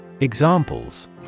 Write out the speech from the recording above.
Examples